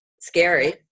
scary